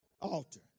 Altar